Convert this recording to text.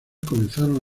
comenzaron